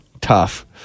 Tough